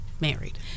married